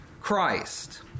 Christ